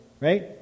right